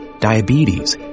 diabetes